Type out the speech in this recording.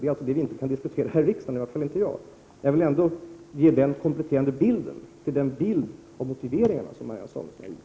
Det är alltså det vi inte kan diskutera här i riksdagen —i vart fall inte jag. Jag vill ändå ge den kompletteringen till den bild av motiveringarna som Marianne Samuelsson har givit.